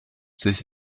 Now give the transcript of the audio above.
sich